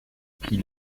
pris